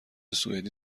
سوئدی